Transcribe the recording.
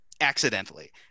accidentally